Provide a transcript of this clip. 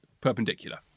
Perpendicular